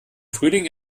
frühling